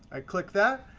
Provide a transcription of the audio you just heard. i click that.